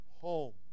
home